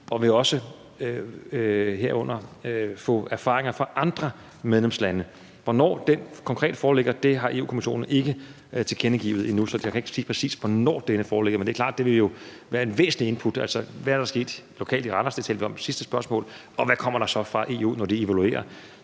og også herunder vil få erfaringer fra andre medlemslande. Hvornår den konkret foreligger, har Europa-Kommissionen ikke tilkendegivet endnu, så jeg kan ikke sige, præcis hvornår denne foreligger, men det er klart, at det jo vil være et væsentligt input. Altså, hvad er der sket lokalt i Randers – det talte vi om i sidste spørgsmål – og hvad kommer der så fra EU, når de evaluerer?